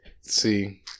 See